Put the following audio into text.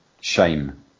shame